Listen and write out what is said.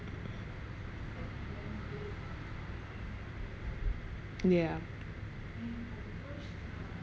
yeah